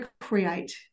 create